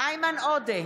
איימן עודה,